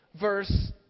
verse